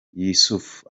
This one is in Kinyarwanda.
yusuf